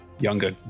Younger